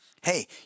hey